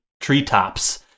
treetops